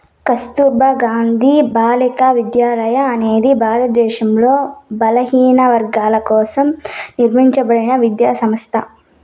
కస్తుర్బా గాంధీ బాలికా విద్యాలయ అనేది భారతదేశంలో బలహీనవర్గాల కోసం నిర్మింపబడిన విద్యా సంస్థ